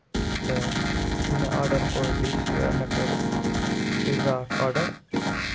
تہٕ یِتھُے مےٚ آرڈر کوٚر ڈِش مےٚ کوٚر پِزا اکھ آرڈر